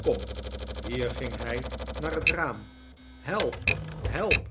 kom hier ging hij naar het raam help help